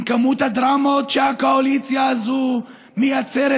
עם כמות הדרמות שהקואליציה הזאת מייצרת